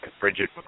Bridget